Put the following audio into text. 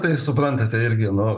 tai suprantate irgi nu